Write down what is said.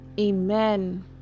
Amen